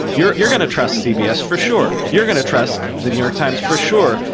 you're you're going to trust cbs for sure, you're going to trust the new york times for sure,